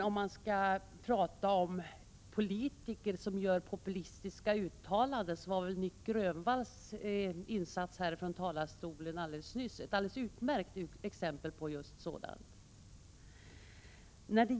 Om man skall prata om politiker som gör populistiska uttalanden, så var väl Nic Grönvalls inlägg här från talarstolen alldeles nyss ett utmärkt exempel på just sådana.